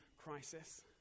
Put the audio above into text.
crisis